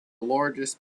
largest